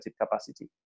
capacity